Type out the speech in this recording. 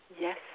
Yes